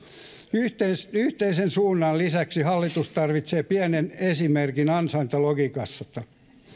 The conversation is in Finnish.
yhteisen suunnan lisäksi hallitus tarvitsee pienen esimerkin ansaintalogiikasta